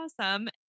Awesome